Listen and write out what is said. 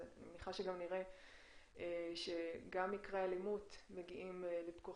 אני מניחה שנראה שגם מקרי אלימות מגיעים לפיקוח